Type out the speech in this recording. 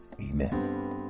Amen